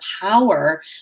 power